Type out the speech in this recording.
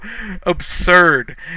absurd